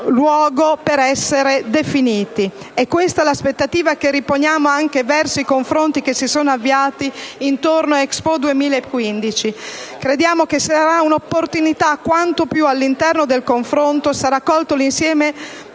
per essere definiti. È questa l'aspettativa che riponiamo anche verso i confronti che si sono avviati intorno a Expo 2015: crediamo che essa sarà un'opportunità tanto più quanto all'interno del confronto sarà colto insieme